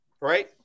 Right